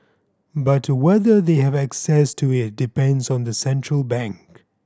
but whether they have access to it depends on the central bank